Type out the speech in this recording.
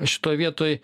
šitoj vietoj